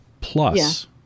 plus